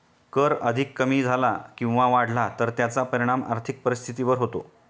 कर अधिक कमी झाला किंवा वाढला तर त्याचा परिणाम आर्थिक परिस्थितीवर होतो